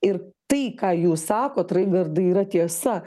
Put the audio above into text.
ir tai ką jūs sakot raigardai yra tiesa